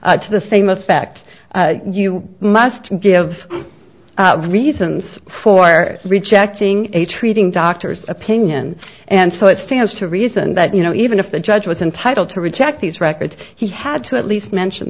than to the same effect you must give reasons for rejecting a treating doctor's opinion and so it stands to reason that you know even if the judge was entitled to reject these records he had to at least mention